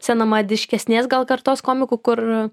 senamadiškesnės gal kartos komikų kur